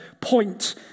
point